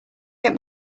get